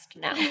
now